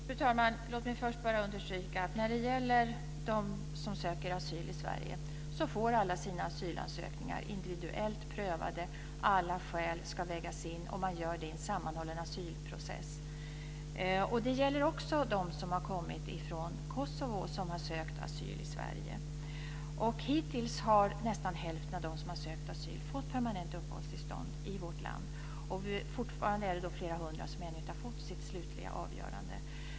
Fru talman! Låt mig först bara understryka att alla de som söker asyl i Sverige får sina asylansökningar individuellt prövade. Alla skäl ska vägas in, och man gör det i en sammanhållen asylprocess. Det gäller också dem som har kommit från Kosovo och som har sökt asyl i Sverige. Hittills har nästan hälften av dem som har sökt asyl fått permanent uppehållstillstånd i vårt land. Fortfarande är det flera hundra av dem som inte har fått sitt slutliga avgörande.